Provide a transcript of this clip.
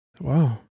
Wow